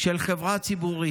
של חברה ציבורית,